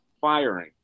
firing